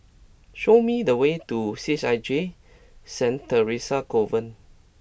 show me the way to C H I J Saint Theresa's Convent